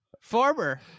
former